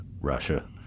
Russia